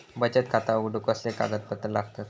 बचत खाता उघडूक कसले कागदपत्र लागतत?